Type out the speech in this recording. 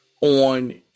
on